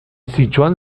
sichuan